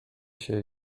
się